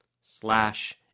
slash